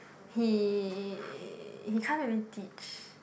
he he can't really teach